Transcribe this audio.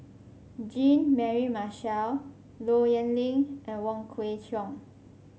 Jean Mary Marshall Low Yen Ling and Wong Kwei Cheong